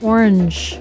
Orange